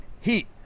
heat